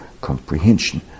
comprehension